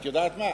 את יודעת מה?